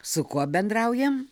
su kuo bendraujam